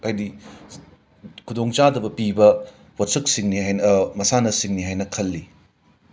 ꯍꯥꯏꯗꯤ ꯈꯨꯗꯣꯡꯆꯥꯗꯕ ꯄꯤꯕ ꯄꯣꯠꯁꯛꯁꯤꯡꯅꯦ ꯍꯦꯅ ꯃꯁꯥꯟꯅꯁꯤꯡꯅꯤ ꯍꯥꯏꯅ ꯈꯜꯂꯤ